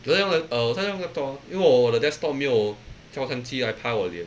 我在用 lap~ uh 我在用 laptop ah 因为我的 desktop 没有照相机来拍我的脸